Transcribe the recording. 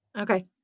Okay